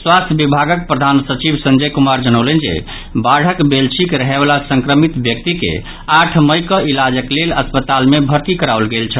स्वास्थ्य विभागक प्रधान सचिव संजय कुमार जनौलनि जे बाढ़क बेलछीक रहयवला संक्रमित व्यक्ति के आठ मई कऽ इलाजक लेल अस्पताल मे भर्ती कराओल गेल छल